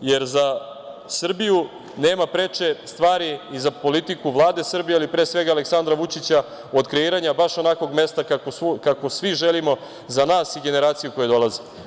jer za Srbiju nema preče stvari i za politiku Vlade Srbije, ali pre svega Aleksandra Vučića, od kreiranja baš onakvog mesta kakvo svi želimo za nas i za generacije koje dolaze.